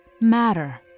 matter